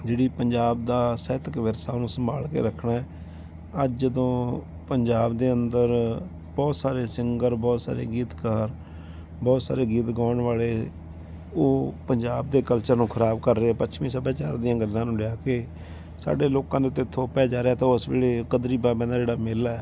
ਜਿਹੜੀ ਪੰਜਾਬ ਦਾ ਸਾਹਿਤਕ ਵਿਰਸਾ ਉਹਨੂੰ ਸੰਭਾਲ ਕੇ ਰੱਖਣਾ ਅੱਜ ਜਦੋਂ ਪੰਜਾਬ ਦੇ ਅੰਦਰ ਬਹੁਤ ਸਾਰੇ ਸਿੰਗਰ ਬਹੁਤ ਸਾਰੇ ਗੀਤਕਾਰ ਬਹੁਤ ਸਾਰੇ ਗੀਤ ਗਾਉਣ ਵਾਲੇ ਉਹ ਪੰਜਾਬ ਦੇ ਕਲਚਰ ਨੂੰ ਖਰਾਬ ਕਰ ਰਹੇ ਪੱਛਮੀ ਸੱਭਿਆਚਾਰ ਦੀਆਂ ਗੱਲਾਂ ਨੂੰ ਲਿਆ ਕੇ ਸਾਡੇ ਲੋਕਾਂ ਦੇ ਉੱਤੇ ਥੋਪਿਆ ਜਾ ਰਿਹਾ ਤਾਂ ਉਸ ਵੇਲੇ ਗਦਰੀ ਬਾਬਿਆਂ ਦਾ ਜਿਹੜਾ ਮੇਲਾ